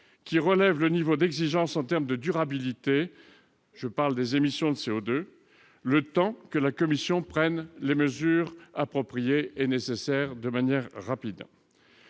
à relever le niveau d'exigence en termes de durabilité- je parle des émissions de CO2 -, le temps que la Commission prenne les mesures appropriées et nécessaires. Le caractère